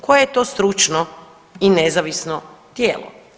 Koje je to stručno i nezavisno tijelo?